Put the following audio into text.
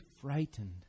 frightened